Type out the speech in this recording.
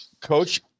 Coach